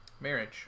Marriage